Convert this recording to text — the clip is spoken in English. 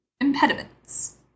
impediments